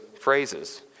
phrases